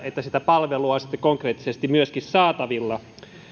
että sitä palvelua on sitten konkreettisesti myöskin saatavilla